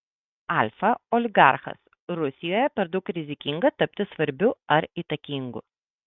alfa oligarchas rusijoje per daug rizikinga tapti svarbiu ar įtakingu